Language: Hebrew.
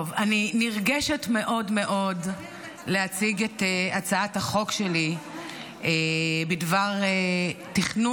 אני נרגשת מאוד מאוד להציג את הצעת החוק שלי בדבר תכנון